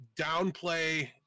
Downplay